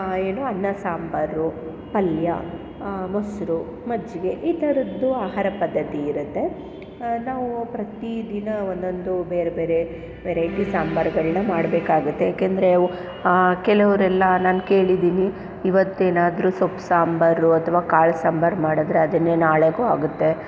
ಏನು ಅನ್ನ ಸಾಂಬಾರು ಪಲ್ಯ ಮೊಸರು ಮಜ್ಜಿಗೆ ಈ ಥರದ್ದು ಆಹಾರ ಪದ್ಧತಿ ಇರುತ್ತೆ ನಾವು ಪ್ರತೀದಿನ ಒಂದೊಂದು ಬೇರೆ ಬೇರೆ ವೆರೈಟಿ ಸಾಂಬಾರ್ಗಳನ್ನ ಮಾಡಬೇಕಾಗುತ್ತೆ ಏಕೆಂದರೆ ಕೆಲವರೆಲ್ಲ ನಾನು ಕೇಳಿದೀನಿ ಇವತ್ತೇನಾದರೂ ಸೊಪ್ಪು ಸಾಂಬಾರು ಅಥವಾ ಕಾಳು ಸಾಂಬಾರು ಮಾಡಿದ್ರೆ ಅದನ್ನೇ ನಾಳೆಗೂ ಆಗುತ್ತೆ